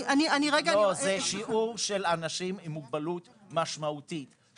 זהו שיעור של אנשים עם מוגבלות משמעותית.